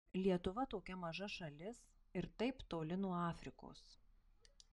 lietuva tokia maža šalis ir taip toli nuo afrikos